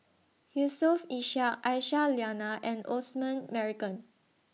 Yusof Ishak Aisyah Lyana and Osman Merican